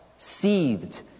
Seethed